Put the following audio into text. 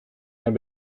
naar